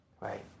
right